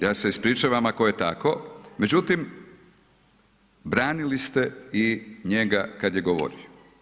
Ja se ispričavam ako je tako, međutim branili ste i njega kad je govorio.